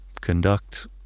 conduct